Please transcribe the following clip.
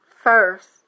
first